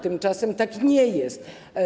Tymczasem tak nie jest.